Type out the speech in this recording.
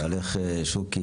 בעלך שוקי,